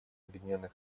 объединенных